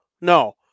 no